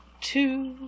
two